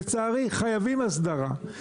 לצערי, חייבים הסדרה.